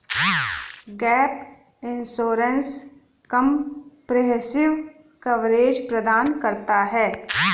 gap insurance comprehensive coverage प्रदान करता है